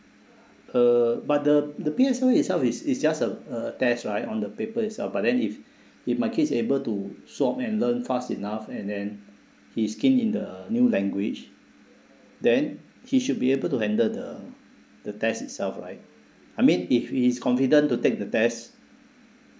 uh but the the P_S_L itself is is just a a test right on the paper itself but then if if my kids able to swap and learn fast enough and then he's keen in the new language then he should be able to handle the the test itself right I mean if he is confident to take the test